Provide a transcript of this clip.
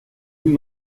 vous